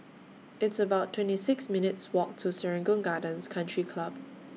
It's about twenty six minutes' Walk to Serangoon Gardens Country Club